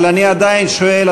אבל אני עדיין שואל,